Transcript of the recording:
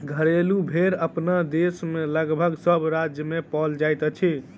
घरेलू भेंड़ अपना देश मे लगभग सभ राज्य मे पाओल जाइत अछि